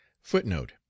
footnote